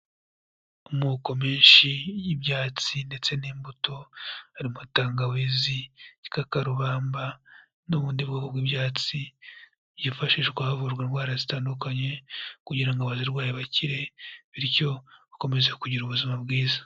Amoko menshi y'ibyatsi ndetse n'imbuto arimo tangawizi, igikakarubamba n'ubundi bwoko bw'ibyatsi byifashishwa havurwa indwara zitandukanye kugira ngo abazirwaye bakire, bityo bakomeze kugira ubuzima bwiza.